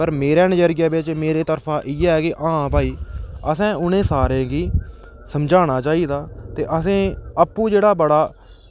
पर मेरे नज़रिये बिच इयै की आं भई असें उनें सारें गी समझाना चाहिदा की असें आपूं जेह्ड़ा बड़ा